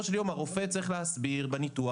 של יום הרופא צריך להסביר מה עשו בניתוח,